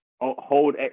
hold